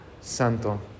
Santo